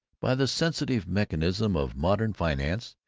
by the sensitive mechanism of modern finance,